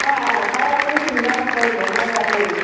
অঁ অঁ ছাৰ আপুনি চিন্তা নকৰিব মই যামেই